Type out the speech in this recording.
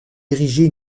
ériger